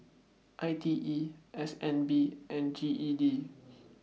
I T E S N B and G E D